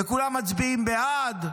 וכולם מצביעים בעד.